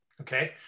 Okay